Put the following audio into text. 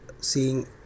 seeing